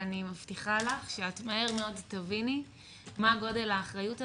ואני מבטיחה לך שאת מהר מאוד תביני מה גודל האחריות הזו.